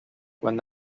quan